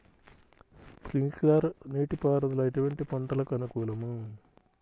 Sprinkler నీటిపారుదల ఎటువంటి పంటలకు అనుకూలము?